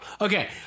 okay